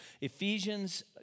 Ephesians